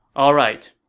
alright,